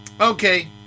Okay